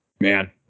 man